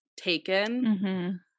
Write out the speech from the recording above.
taken